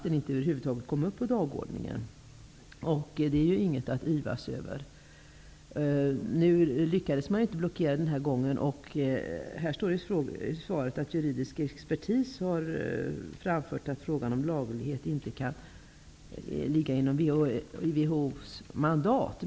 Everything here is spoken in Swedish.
Detta är inget att yvas över. Nu lyckades man inte med att blockera den här gången. I svaret står att juridisk expertis har framfört att frågan om laglighet inte kan ligga inom WHO:s mandat.